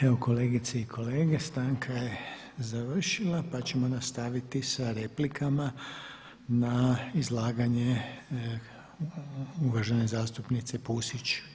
Evo kolegice i kolege, stanka je završila pa ćemo nastaviti da replikama na izlaganje uvažene zastupnice Pusić